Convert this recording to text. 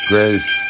Grace